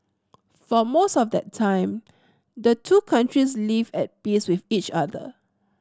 for most of that time the two countries lived at peace with each other